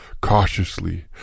Cautiously